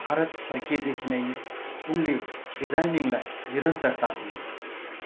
भारत फर्किएदेखि नै उनले डिजाइनिङलाई निरन्तरता दिए